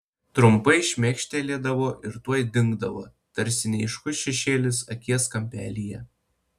trumpai šmėkštelėdavo ir tuoj dingdavo tarsi neaiškus šešėlis akies kampelyje